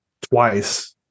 twice